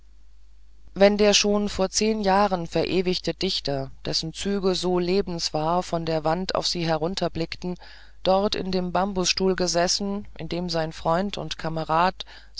wenn der schon vor zehn jahren verewigte dichter dessen züge so lebenswahr von der wand auf sie herunterblickten dort in dem bambusstuhl gesessen in dem sein freund und kamerad